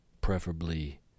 preferably